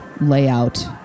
layout